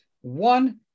One